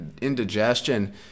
indigestion